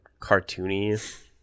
cartoony